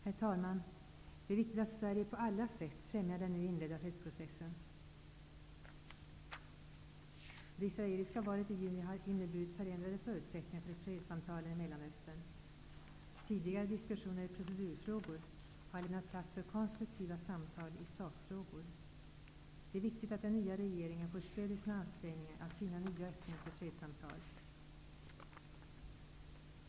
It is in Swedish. Herr talman! Det är viktigt att Sverige på alla sätt främjar den nu inledda fredsprocessen. Det israeliska valet i juni har inneburit förändrade förutsättningar för fredssamtalen i Mellanöstern. Tidigare diskussioner i procedurfrågor har lämnat plats för konstruktiva samtal i sakfrågor. Det är viktigt att den nya regeringen får stöd i sina ansträngningar att finna öppningar för fredssamtal.